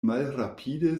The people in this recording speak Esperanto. malrapide